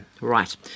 right